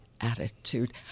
attitude